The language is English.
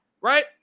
right